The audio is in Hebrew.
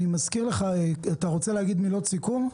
אני מזכיר לך, אתה רוצה להגיד מילות סיכום,